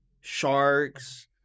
sharks